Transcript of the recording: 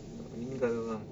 meninggal orang